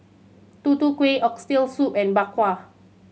Tutu Kueh Oxtail Soup and Bak Kwa